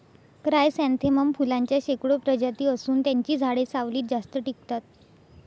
chrysanthemum फुलांच्या शेकडो प्रजाती असून त्यांची झाडे सावलीत जास्त टिकतात